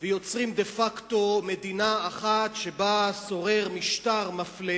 ויוצרים דה-פקטו מדינה אחת שבה שורר משטר מפלה,